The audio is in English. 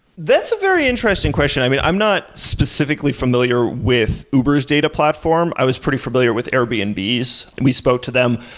that's a very interesting question. i mean, i'm not specifically familiar with uber s data platform. i was pretty familiar with airbnb's, and we spoke to them.